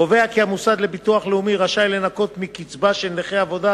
קובע כי המוסד לביטוח לאומי רשאי לנכות מקצבה של נכה עבודה